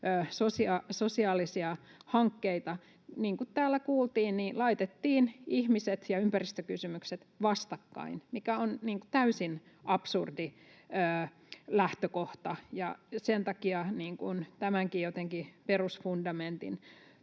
sosiaalisia hankkeita. Niin kuin täällä kuultiin, laitettiin ihmiset ja ympäristökysymykset vastakkain, mikä on täysin absurdi lähtökohta, ja sen takia tämänkin perusfundamentin